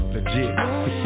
Legit